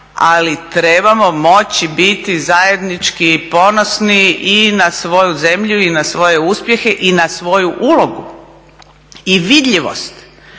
ali trebamo moći biti zajednički ponosni i na svoju zemlju, i na svoje uspjehe, i na svoju ulogu i vidljivost